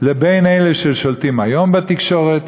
לבין אלה ששולטים היום בתקשורת,